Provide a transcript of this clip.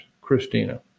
Christina